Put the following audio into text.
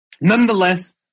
nonetheless